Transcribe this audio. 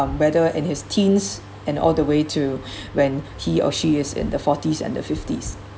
whether in his teens and all the way to when he or she is in the forties and the fifties